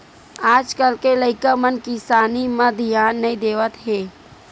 आज कल के लइका मन किसानी म धियान नइ देवत हे